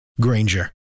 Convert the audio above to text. Granger